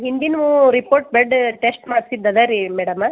ಹಿಂದಿನ report bed test ಮಾಡ್ಸಿದ್ದು ಇದೆ ರೀ ಮೇಡಮ